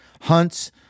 hunts